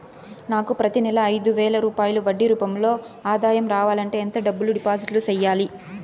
నాకు ప్రతి నెల ఐదు వేల రూపాయలు వడ్డీ రూపం లో ఆదాయం రావాలంటే ఎంత డబ్బులు డిపాజిట్లు సెయ్యాలి?